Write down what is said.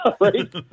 right